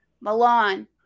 Milan